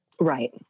Right